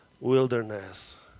wilderness